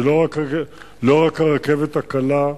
זה לא רק הרכבת הקלה,